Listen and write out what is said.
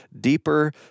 deeper